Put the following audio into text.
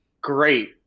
great